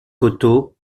coteaux